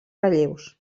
relleus